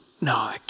no